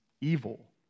evil